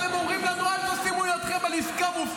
והן אומרות לנו: אל תיתנו ידכם לעסקה מופקרת.